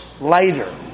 lighter